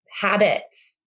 habits